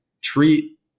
treat